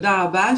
תודה רבה.